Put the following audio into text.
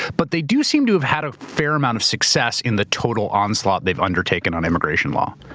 but they do seem to have had a fair amount of success in the total onslaught they've undertaken on immigration law.